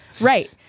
Right